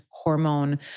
Hormone